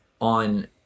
on